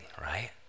right